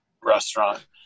restaurant